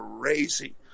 crazy